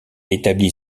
établit